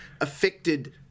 affected